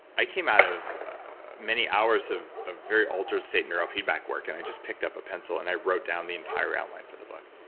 i came out of many hours of a very altered state neuro feedback work. and i just picked up a pencil and i wrote down the entire outline for the book.